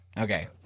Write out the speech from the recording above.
Okay